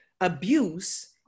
Abuse